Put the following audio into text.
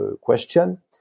question